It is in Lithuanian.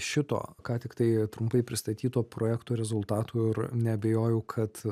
šito ką tik tai trumpai pristatyto projekto rezultatų ir neabejoju kad